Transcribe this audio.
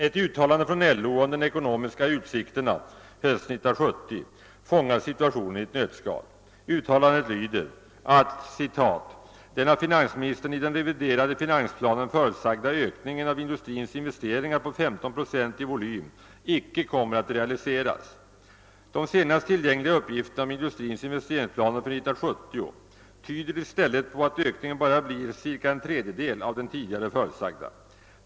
Ett uttalande från LO om de ekonomiska utsikterna hösten 1970 fångar situationen i ett nötskal. I uttalandet säges att >den av finansministern i den reviderade finansplanen förutsagda ökningen av industrins investeringar på 15 procent i volym icke kommer att realiseras. De senast tillgängliga uppgifterna om industrins investeringsplaner för 1970 tyder i stället på att ökningen bara blir cirka en tredjedel av den tidigare förutsagda.